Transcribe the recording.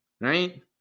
right